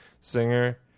singer